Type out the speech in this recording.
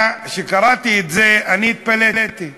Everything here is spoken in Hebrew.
כשקראתי את זה אני התפלאתי.